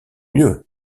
mieux